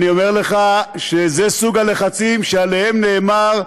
אני אומר לך שזה סוג הלחצים שעליהם נאמר: